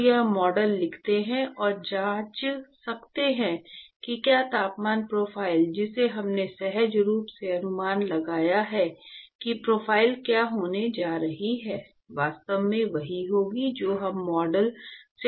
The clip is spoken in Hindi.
तो हम मॉडल लिखते हैं और जांच सकते हैं कि क्या तापमान प्रोफाइल जिसे हमने सहज रूप से अनुमान लगाया है कि प्रोफ़ाइल क्या होने जा रही है वास्तव में वही होगी जो हम मॉडल से भविष्यवाणी करेंगे